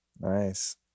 Nice